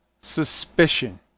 suspicion